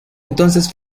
entonces